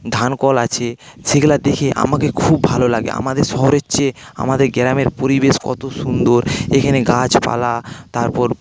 ধানকল আছে সেগুলো দেখে আমাকে খুব ভালো লাগে আমাদের শহরের চেয়ে আমাদের গ্রামের পরিবেশ কত সুন্দর এখানে গাছপালা তারপর